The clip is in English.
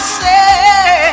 say